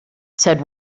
said